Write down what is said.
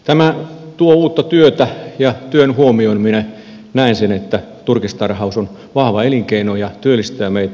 tämä tuo uutta työtä ja näen että turkistarhaus on vahva elinkeino ja työllistää meitä